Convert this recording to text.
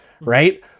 right